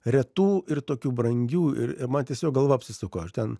retų ir tokių brangių ir ir man tiesiog galva apsisuko aš ten